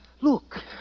look